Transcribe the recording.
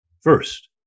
First